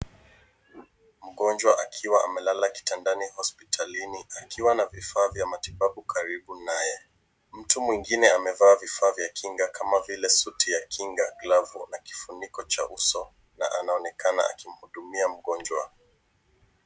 Mgonjwa akiwa amelala kitandani hospitalini akiwa na vifaa vya matibabu karibu naye. Mtu mwingine amevaa vifaa vya Kinga kama vile suti ya kinga, glavu na kifuniko cha uso na anaonekana akimhudumia mgonjwa.